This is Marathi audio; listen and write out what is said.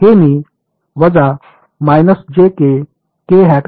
हे मी वजा म्हणून लिहू शकतो